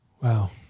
Wow